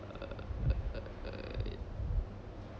err